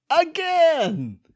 again